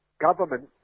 government